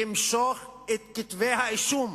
למשוך את כתבי האישום.